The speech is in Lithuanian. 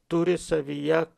turi savyje